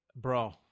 bro